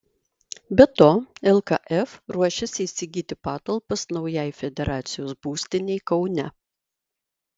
be to lkf ruošiasi įsigyti patalpas naujai federacijos būstinei kaune